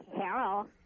Carol